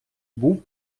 був